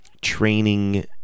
training